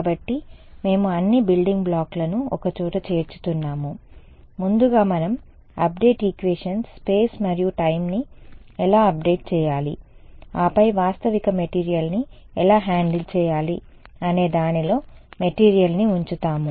కాబట్టి మేము అన్ని బిల్డింగ్ బ్లాక్లను ఒకచోట చేర్చుతున్నాము ముందుగా మనం అప్డేట్ ఈక్వేషన్స్ స్పేస్ మరియు టైమ్ని ఎలా అప్డేట్ చేయాలి ఆపై వాస్తవిక మెటీరియల్ని ఎలా హ్యాండిల్ చేయాలి అనే దానిలో మెటీరియల్ని ఉంచుతాము